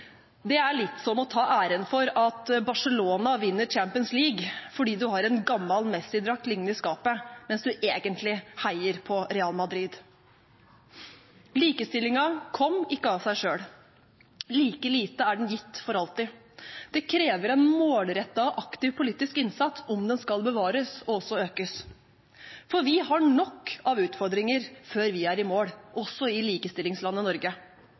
Det er litt som å ta æren for at Barcelona vinner Champions League fordi du har en gammel Messi-drakt liggende i skapet, mens du egentlig heier på Real Madrid. Likestillingen kom ikke av seg selv. Like lite er den gitt for alltid. Det krever en målrettet og aktiv politisk innsats om den skal bevares og også økes. For vi har nok av utfordringer før vi er i mål, også i likestillingslandet Norge.